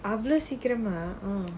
unless he could mah